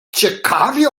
ciekawie